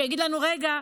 שיגיד לנו: רגע,